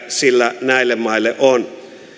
sillä näille maille on